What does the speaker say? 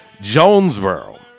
Jonesboro